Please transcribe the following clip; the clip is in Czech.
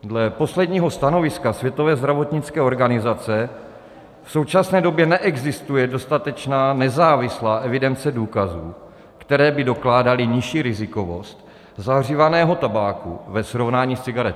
Dle posledního stanoviska Světové zdravotnické organizace v současné době neexistuje dostatečná nezávislá evidence důkazů, které by dokládaly nižší rizikovost zahřívaného tabáku ve srovnání s cigaretami.